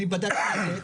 אני בדקתי את זה.